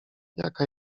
jaka